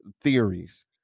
theories